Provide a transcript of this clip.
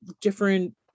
different